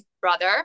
brother